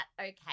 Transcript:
okay